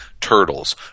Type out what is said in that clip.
Turtles